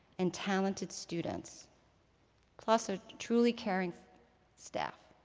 and talented students plus, a truly caring staff.